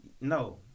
no